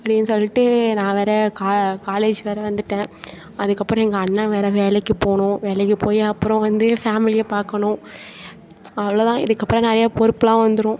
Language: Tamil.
அப்படினு சொல்லிவிட்டு நான் வேறே காலேஜுக்கு வேறே வந்துவிட்டேன் அதுக்கப்புறம் எங்கள் அண்ணன் வேறே வேலைக்கு போகணும் வேலைக்கு போய் அப்புறம் வந்து ஃபேமிலியை பார்க்கணும் அவ்வளோ தான் இதுக்கப்புறம் நிறைய பொறுப்புலாம் வந்துடும்